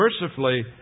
mercifully